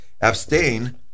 abstain